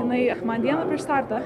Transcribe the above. jinai man dieną prieš startą